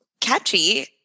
catchy